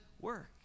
work